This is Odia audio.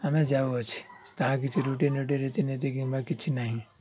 ଆମେ ଯାଉଅଛି ତାହା କିଛି ରୁଟିନ୍ ଉଟିନ୍ ରୀତିନୀତି କିମ୍ବା କିଛି ନାହିଁ